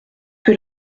que